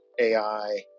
ai